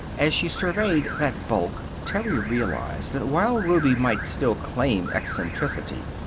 as she surveyed that bulk terry realized that while ruby might still claim eccentricity,